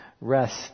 rest